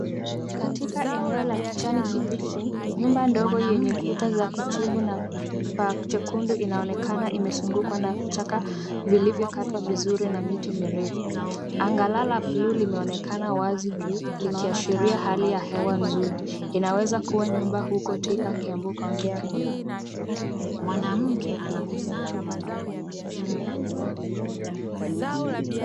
katika eneo la kijani kibichi nyumba ndogo yenye kuta za kijivu na paa jekendu inaonekana imesungukwa na vichaka vilivyokatwa vizuri na miti mirefu anga lake blue limeonekana wazi juu likiashiria hali ya hewa juu. Inaweza kuwa nyumba huko Thika kiambu county Kenya.